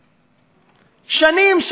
שנים,